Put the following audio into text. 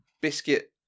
biscuit